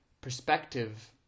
perspective